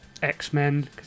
X-Men